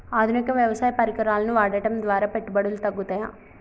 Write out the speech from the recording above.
ఆధునిక వ్యవసాయ పరికరాలను వాడటం ద్వారా పెట్టుబడులు తగ్గుతయ?